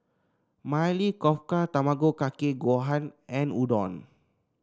Maili Kofta Tamago Kake Gohan and Udon